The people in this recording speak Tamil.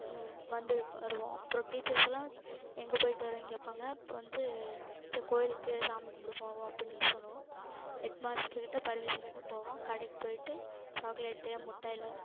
வந்து வருவோம் அப்றம் டீச்சர்ஸ்லாம் எங்கே போயிட்டு வரிங்க கேட்பாங்க அப்போ வந்து டீச்சர் கோயிலுக்கு சாமி கும்பிட போவோம் அப்படின்னு சொல்லுவோம் ஹெட்மாஸ்டர்கிட்ட பர்மிஷன் கேட்டு போவோம் கடைக்கு போயிட்டு சாக்கலேட்டு முட்டாயெல்லாம்